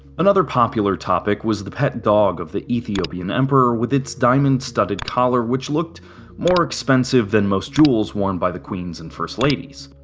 another popular topic was the pet dog of the ethiopian emperor with its diamond-studded collar, which looked more expensive than most jewels worn by queens and first ladies.